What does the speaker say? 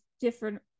different